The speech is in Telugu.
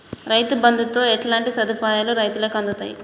రైతు బంధుతో ఎట్లాంటి సదుపాయాలు రైతులకి అందుతయి?